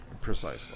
Precisely